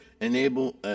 enable